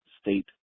State